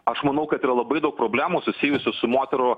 aš manau kad yra labai daug problemų susijusių su moterų